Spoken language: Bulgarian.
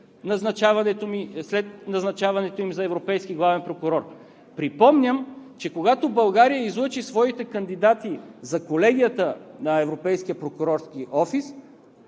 назначаването им за Европейски главен прокурор. Припомням, че когато България излъчи своите кандидати за Колегията на Европейския прокурорски офис,